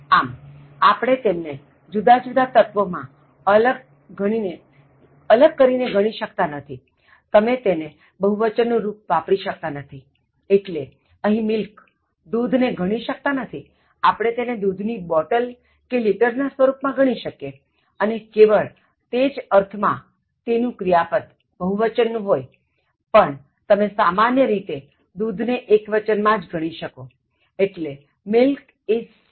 આમઆપણે તેમને જુદા જુદા તત્ત્વો માં અલગ કરી ને ગણી શકતા નથી તમે તેનું બહુવચન નું રુપ વાપરી શકતા નથીઅહીં "Milk" દુધ ને ગણી શકતા નથી આપણે તેને દુધની બોટલ ને કે લિટર ના સ્વરુપ માં ગણી શકીએઅને કેવળ તે જ અર્થ માં તેનું ક્રિયાપદ બહુવચન નું હોયપણ તમે સામાન્ય રીતે દુધ ને એક્વચન માં જ ગણી શકો એટલે milk is sour